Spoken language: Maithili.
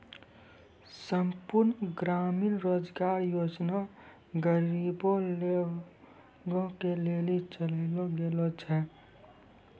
संपूर्ण ग्रामीण रोजगार योजना गरीबे लोगो के लेली चलैलो गेलो छै